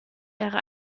wäre